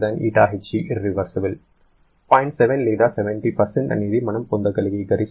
7 లేదా 70 అనేది మనం పొందగలిగే గరిష్ట సామర్థ్యం మరియు ఈ 0